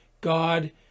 God